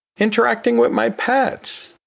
interacting with my pets.